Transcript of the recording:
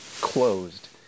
closed